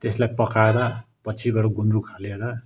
त्यसलाई पकाएर पछि गएर गुन्द्रुक हालेर